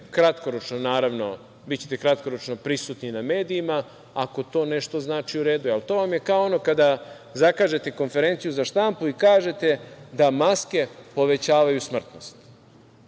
kratkoročno naravno, bićete kratkoročno prisutni na medijima, ako to nešto znači u redu je, ali to vam je kao ono kada zakažete konferenciju za štampu i kažete da maske povećavaju smrtnost.